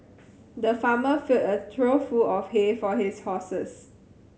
the farmer filled a trough full of hay for his horses